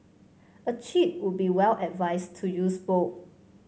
a cheat would be well advised to use both